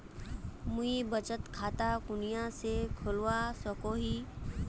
मुई बचत खता कुनियाँ से खोलवा सको ही?